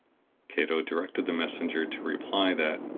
cato directed the messenger to reply that,